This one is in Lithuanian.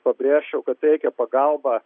pabrėžčiau kad teikia pagalbą